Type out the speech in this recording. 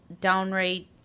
Downright